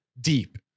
deep